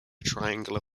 triangular